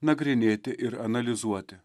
nagrinėti ir analizuoti